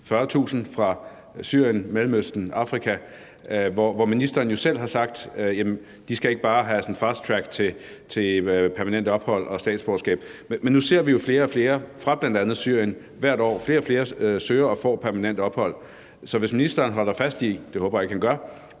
40.000 fra Syrien, Mellemøsten og Afrika. Der har ministeren jo selv sagt, at de ikke bare skal have et fasttrack til permanent ophold og statsborgerskab. Men nu ser vi jo, at flere og flere fra bl.a. Syrien hvert år søger og får permanent ophold, og hvis ministeren holder fast i, og det håber jeg ikke at han gør,